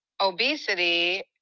obesity